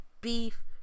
beef